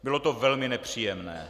Bylo to velmi nepříjemné.